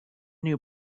new